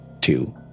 two